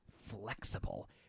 flexible